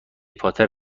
پاتر